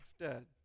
dead